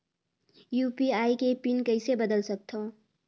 UPI के PIN कइसे बदल सकथव?